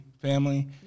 family